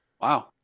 wow